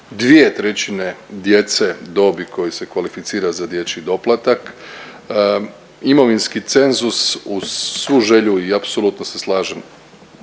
razini 2/3 djece dobi koja se kvalificira za dječji doplatak. Imovinski cenzus uz svu želju i apsolutno se slažem